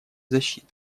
защиты